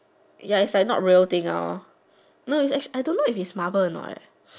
ya is like not real thing is actually I don't know if is Marvel or not